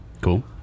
Cool